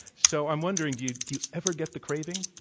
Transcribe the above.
so i'm wondering, do you do you ever get the craving?